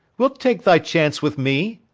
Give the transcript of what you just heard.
wilt take thy chance with me?